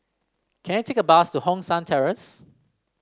can I take a bus to Hong San Terrace